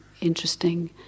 interesting